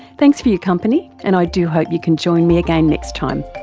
thanks for your company, and i do hope you can join me again next time